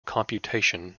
computation